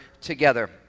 together